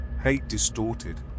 hate-distorted